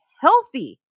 healthy